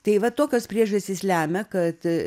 tai va tokios priežastys lemia kad